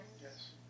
Yes